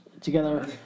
together